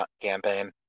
campaign